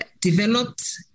developed